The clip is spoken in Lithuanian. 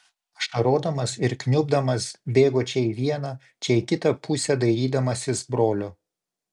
ašarodamas ir kniubdamas bėgo čia į vieną čia į kitą pusę dairydamasis brolio